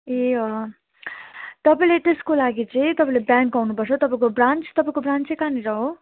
ए तपाईँले त्यसको लागि चाहिँ तपाईँले ब्याङ्क आउनुपर्छ तपाईँको ब्रान्च तपाईँको ब्रान्च चाहिँ कहाँनिर हो